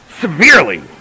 severely